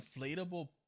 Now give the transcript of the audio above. inflatable